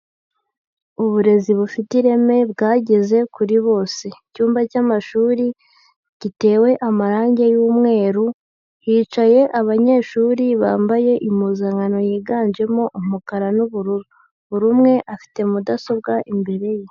Uburezi bufite ireme bwageze kuri bose, icyumba cy'amashuri gitewe amarange y'umweru hicaye abanyeshuri bambaye impuzankano yiganjemo umukara n'ubururu, buri umwe afite mudasobwa imbere ye.